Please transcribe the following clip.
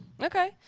Okay